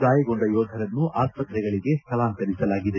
ಗಾಯಗೊಂಡ ಯೋಧರನ್ನು ಆಸ್ಪತ್ರೆಗಳಿಗೆ ಸ್ಲಳಾಂತರಿಸಲಾಗಿದೆ